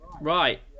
right